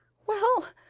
well,